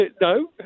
No